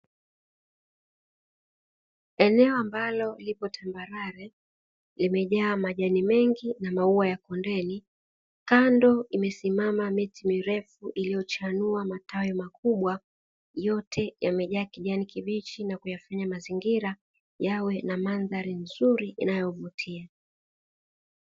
Eneo ambalo lipo tambarare limejaa majani mengi na maua ya kondeni, kando imesimama miti mirefu iliyochanua matawi makubwa yote yamejaa kijani kibichi na kuyafanya mazingira yawe na mandhari nzuri inayovutia.